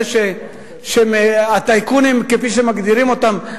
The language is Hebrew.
אלה הטייקונים כפי שמגדירים אותם.